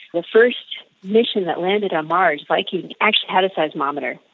the first mission that landed on mars, viking, actually had a seismometer.